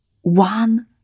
one